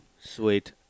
Sweet